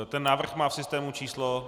Ten návrh má v systému číslo...